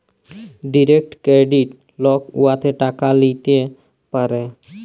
direct credit লক উয়াতে টাকা ল্যিতে পারে